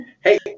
Hey